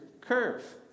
curve